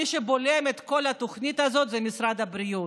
מי שבולם את כל התוכנית הזאת זה משרד הבריאות.